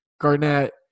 Garnett